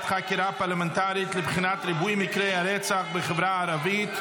חקירה פרלמנטרית לבחינת ריבוי מקרי הרצח בחברה הערבית.